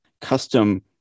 custom